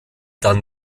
dann